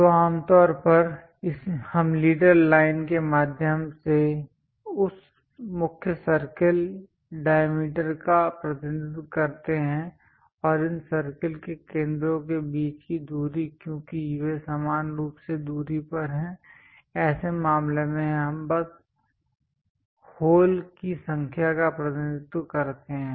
तो आमतौर पर हम लीडर लाइन के माध्यम से उस मुख्य सर्कल डायमीटर का प्रतिनिधित्व करते हैं और इन सर्कल के केंद्रों के बीच की दूरी क्योंकि वे समान रूप से दूरी पर हैं ऐसे मामले में हम बस होल की संख्या का प्रतिनिधित्व करते हैं